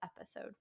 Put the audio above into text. episode